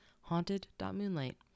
haunted.moonlight